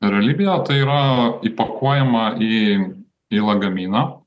realybėje o tai yra įpakuojama į į lagaminą